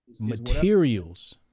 materials